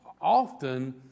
often